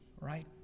Right